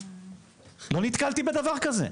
לא נתקלתי בדבר כזה.